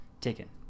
taken